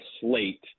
slate